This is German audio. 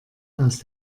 aus